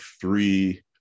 three